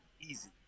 easy